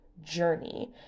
Journey